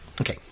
Okay